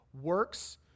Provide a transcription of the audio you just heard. works